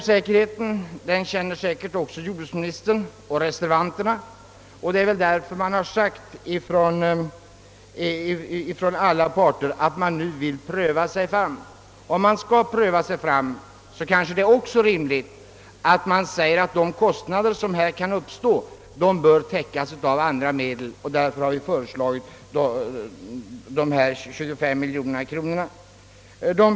Säkerligen delas denna även av jordbruksministern och av reservanterna, vilket torde vara anledning till att alla parter uttalat att man nu vill pröva sig fram. Om man nu skall göra detta, är det kanske också rimligt att låta de kostnader som kan uppstå täckas av andra medel. Därför har vi föreslagit att 25 miljoner kronor utom ramen skall tillföras Föreningen Svensk kötthandel.